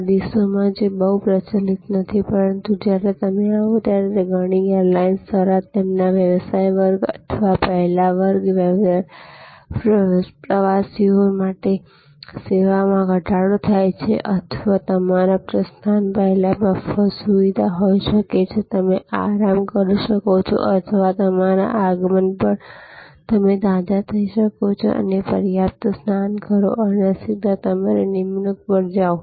આ દિવસોમાં જે બહુ પ્રચલિત નથી પરંતુ જ્યારે તમે આવો ત્યારે ઘણી એરલાઇન્સ દ્વારા તેમના વ્યવસાય વર્ગ અથવા પહેલા વર્ગ પ્રવાસીઓ માટે સેવામાં ઘટાડો થાય છે અથવા તમારા પ્રસ્થાન પહેલાં મફત સુવિધા હોઈ શકે છે તમે આરામ કરી શકો છો અથવા તમારા આગમન પર તમે તાજા થઈ શકો છો પર્યાપ્ત સ્નાન કરો અને સીધા તમારી નિમણૂક પર જાઓ